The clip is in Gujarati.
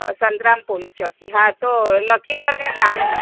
સંતરામ પોલીસ ચોકી હા તો લખી દોને નામ